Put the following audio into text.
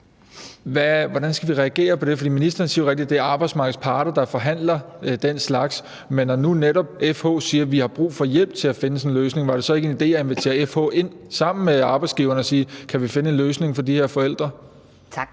hvordan skal vi så reagere på det? For ministeren siger jo rigtigt, at det er arbejdsmarkedets parter, der forhandler den slags, men når nu netop FH siger, at vi har brug for hjælp til at finde sådan en løsning, var det så ikke en idé at invitere FH ind sammen med arbejdsgiverne og sige: Kan vi finde en løsning for de her forældre? Kl.